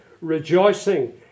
rejoicing